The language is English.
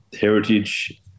heritage